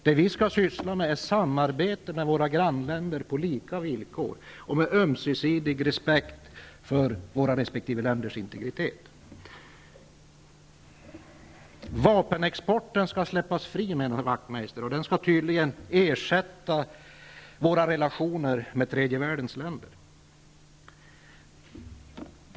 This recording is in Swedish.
Vad vi skall syssla med är samarbete med våra grannländer på lika villkor och med ömsesidig respekt för våra resp. länders integritet. Vapenexporten skall släppas fri, menar Ian Wachtmeister. Den skall tydligen ersätta våra relationer med tredje världens länder.